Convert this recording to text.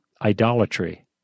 idolatry